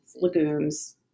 legumes